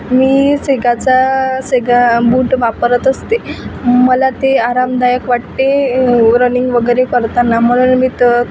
मी सेगाचा सेगा बूट वापरत असते मला ते आरामदायक वाटते रनिंग वगैरे करताना म्हणून मी तर